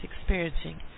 experiencing